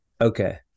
okay